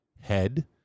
head